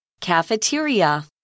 Cafeteria